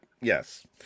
yes